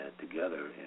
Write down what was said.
together